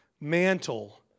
mantle